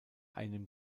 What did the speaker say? einem